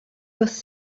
was